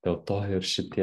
dėl to ir šitie